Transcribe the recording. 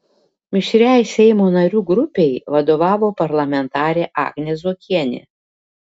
mišriai seimo narių grupei vadovavo parlamentarė agnė zuokienė